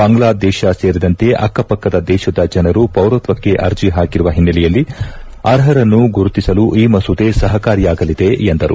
ಬಾಂಗ್ಲಾ ದೇಶ ಸೇರಿದಂತೆ ಅಕ್ಕಪಕ್ಕದ ದೇಶದ ಜನರು ಪೌರತ್ವಕ್ಕೆ ಅರ್ಜ ಹಾಕಿರುವ ಹಿನ್ನೆಲೆಯಲ್ಲಿ ಅರ್ಷರನ್ನು ಗುರುತಿಸಲು ಈ ಮಸೂದೆ ಸಹಕಾರಿಯಾಗಲಿದೆ ಎಂದರು